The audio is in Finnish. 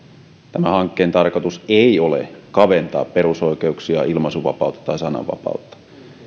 tämän hankkeen tarkoitus ei ole kaventaa perusoikeuksia ilmaisunvapautta tai sananvapautta